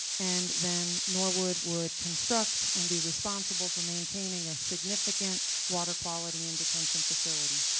and then norwood would construct and be responsible for maintaining a significant water quality in detention facility.